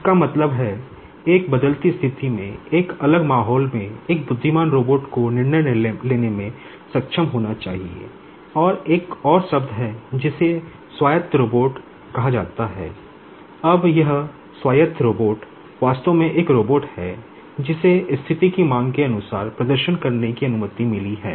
इसका मतलब है एक बदलती स्थिति में एक अलग माहौल में एक बुद्धिमान रोबोट को निर्णय लेने में सक्षम होना चाहिए और एक और शब्द है जिसे स्वायत्त रोबोट वास्तव में एक रोबोट है जिसे स्थिति की मांग के अनुसार प्रदर्शन करने की अनुमति मिली है